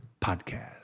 Podcast